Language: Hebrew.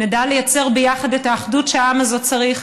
נדע לייצר ביחד את האחדות שהעם הזה צריך,